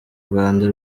rwanda